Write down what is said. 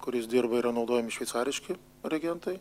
kuris dirba yra naudojami šveicariški reagentai